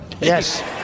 Yes